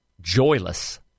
joyless